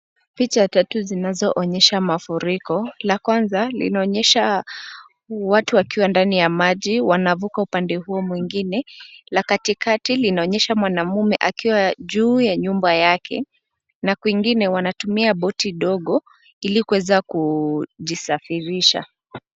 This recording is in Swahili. Picha tatu zinazoonyesha mafuriko. Ya kwanza inaonyesha watu wakiwa ndani ya maji, wakivuka kwenda upande mwingine. Ya katikati inaonyesha mwanamume akiwa juu ya paa la nyumba yake. Na nyingine inaonyesha watu wakitumia boti dogo ili kuweza kusafiri.